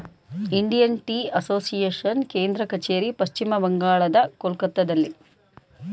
Indian Tea Association ಕೇಂದ್ರ ಕಚೇರಿ ಪಶ್ಚಿಮ ಬಂಗಾಳದ ಕೊಲ್ಕತ್ತಾದಲ್ಲಿ